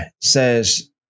says